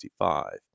1965